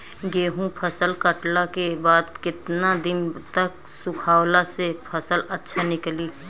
गेंहू फसल कटला के बाद केतना दिन तक सुखावला से फसल अच्छा निकली?